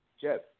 Jeff